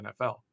NFL